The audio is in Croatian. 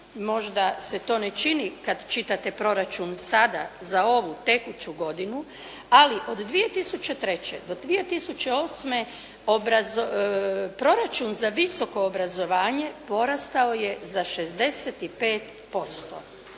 možda se to ne čini kad čitate proračun sada za ovu tekuću godinu, ali od 2003. do 2008. proračun za visoko obrazovanje porastao je za 65%.